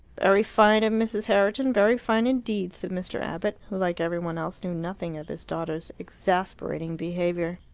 very fine of mrs. herriton, very fine indeed, said mr. abbott, who, like every one else, knew nothing of his daughter's exasperating behaviour.